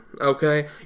okay